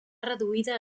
reduïda